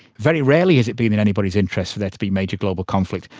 very rarely has it been in anybody's interest for there to be major global conflict,